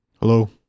Hello